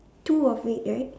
two of it right